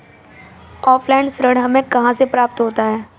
Offline ऋण हमें कहां से प्राप्त होता है?